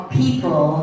people